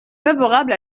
favorable